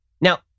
Now